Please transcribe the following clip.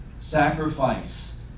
sacrifice